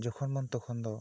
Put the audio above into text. ᱡᱚᱠᱷᱚᱱ ᱢᱚᱱ ᱛᱚᱠᱷᱚᱱ ᱫᱚ